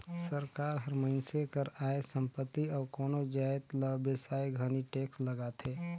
सरकार हर मइनसे कर आय, संपत्ति अउ कोनो जाएत ल बेसाए घनी टेक्स लगाथे